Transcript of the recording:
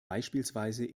beispielsweise